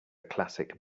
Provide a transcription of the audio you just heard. classic